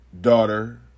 daughter